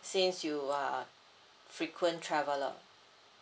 since you uh frequent traveller